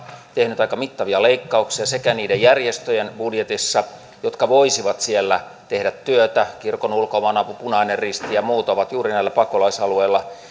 tehnyt aika mittavia leikkauksia sekä niiden järjestöjen budjetissa jotka voisivat siellä tehdä työtä kirkon ulkomaanapu punainen risti ja muut ovat juuri näillä pakolaisalueilla